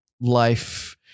life